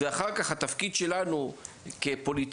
ואחר כך התפקיד שלנו כפוליטיקאים,